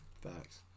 Facts